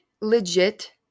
legit